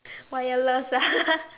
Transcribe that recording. wireless ah